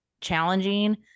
challenging